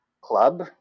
club